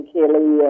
Kelly